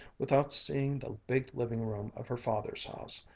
without seeing the big living-room of her father's house,